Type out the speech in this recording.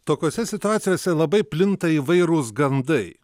tokiose situacijose labai plinta įvairūs gandai